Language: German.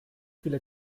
viele